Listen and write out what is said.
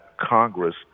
Congress